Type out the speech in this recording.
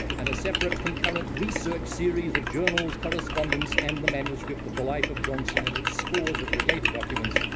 and a separate concurrent research series of journals, correspondence, and the manuscript of the life of johnson and its scores of related documents,